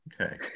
Okay